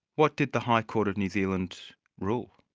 what did the high court of new zealand rule?